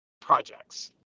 projects